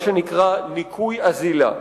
מה שנקרא ניכוי אזילה.